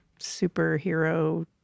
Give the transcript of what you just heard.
superhero